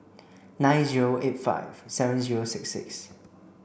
nine zero eight five seven zero six six